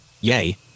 yay